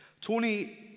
Tony